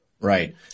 Right